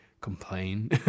complain